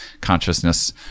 consciousness